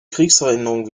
kriegserinnerungen